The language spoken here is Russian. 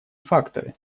факторы